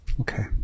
Okay